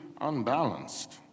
unbalanced